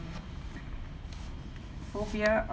phobia